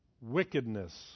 wickedness